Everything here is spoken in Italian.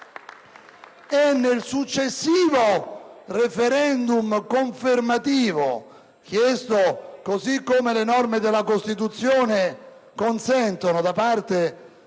del successivo *referendum* confermativo, chiesto - come le norme della Costituzione consentono - dalla